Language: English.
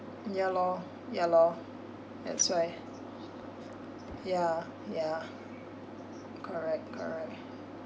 ya lor ya lor that's why yeah yeah correct correct